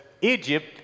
Egypt